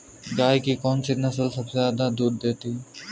गाय की कौनसी नस्ल सबसे ज्यादा दूध देती है?